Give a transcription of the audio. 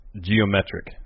geometric